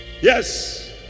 Yes